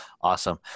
awesome